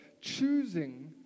choosing